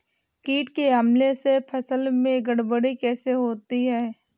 कीट के हमले से फसल में गड़बड़ी कैसे होती है?